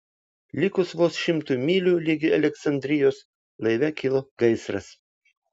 likus vos šimtui mylių ligi aleksandrijos laive kilo gaisras